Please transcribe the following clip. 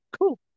cool